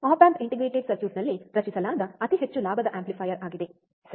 app amp integrated ಸರ್ಕ್ಯೂಟ್ನಲ್ಲಿ ರಚಿಸಲಾದ ಅತಿ ಹೆಚ್ಚು ಲಾಭದ ಆಂಪ್ಲಿಫಯರ್ ಆಗಿದೆ ಸರಿ